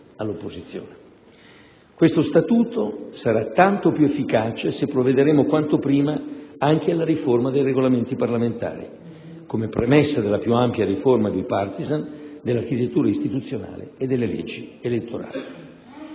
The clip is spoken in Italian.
Questo statuto sarà tanto più efficace se provvederemo, quanto prima, anche alla riforma dei Regolamenti parlamentari, come premessa della più ampia riforma *bipartisan* dell'architettura istituzionale e delle leggi elettorali.